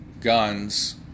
guns